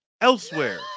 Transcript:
elsewhere